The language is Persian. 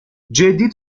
جدی